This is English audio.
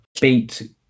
beat